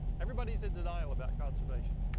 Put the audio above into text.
everybody is in denial about conservation.